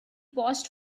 paused